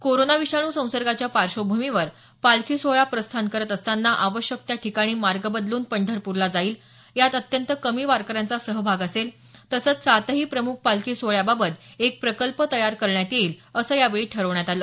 corona विषाणू संसर्गाच्या पार्श्वभूमीवर पालखी सोहळा प्रस्थान करत असताना आवश्यक त्या ठिकाणी मार्ग बदलून पंढरपूरला जाईल यात अंत्यत कमी वारकऱ्यांचा सहभाग असेल तसंच सातही प्रमुख पालखी सोहळ्याबाबत एक प्रकल्प तयार करण्यात येईल असं या वेळी ठरवण्यात आलं